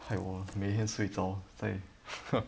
害我每天睡着在